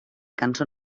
cançó